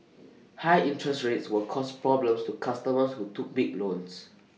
high interest rates will cause problems to customers who took big loans